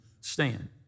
stand